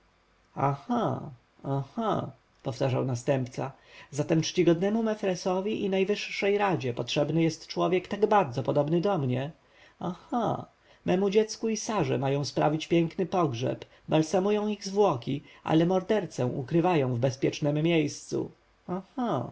aha powtarzał następca zatem czcigodnemu mefresowi i najwyższej radzie potrzebny jest człowiek tak bardzo podobny do mnie aha memu dziecku i sarze mają sprawić piękny pogrzeb balsamują ich zwłoki ale mordercę ukrywają w bezpiecznem miejscu